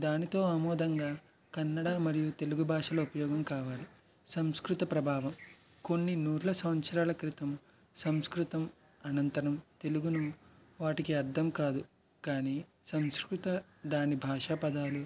దానితో ఆమోదంగా కన్నడ మరియు తెలుగు భాషలో ఉపయోగం కావాలి సంస్కృత ప్రభావం కొన్ని నూర్ల సంవత్సరాల క్రితం సంస్కృతం అనంతరం తెలుగును అర్థం కాదు కానీ సంస్కృత దాని భాషా పదాలు